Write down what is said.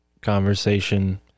conversation